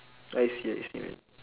I see I see man